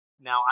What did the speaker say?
Now